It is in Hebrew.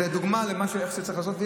זה דוגמה איך צריך לעשות.